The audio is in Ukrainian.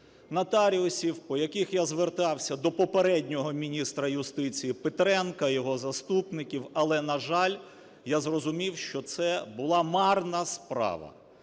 нотаріусів, по яких я звертався до попереднього міністра юстиції Петренка, його заступників, але, на жаль, я зрозумів, що це була марна справа.